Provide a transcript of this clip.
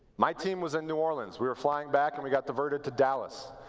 my team was in new orleans. we were flying back and we got diverted to dallas.